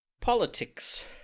politics